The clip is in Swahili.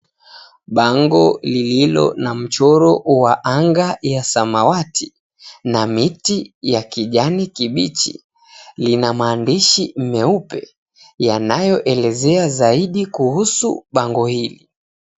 Bango lililo na mchoro wa anga ya samawati na miti ya kijani kibichi lina maandishi meupe yanayoelezea zaidi kuhusu bango hili.